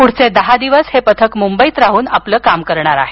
पुढचे दहा दिवस हे पथक मुंबईत राहून आपलं काम करणार आहे